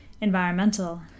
environmental